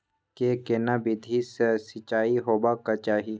के केना विधी सॅ सिंचाई होबाक चाही?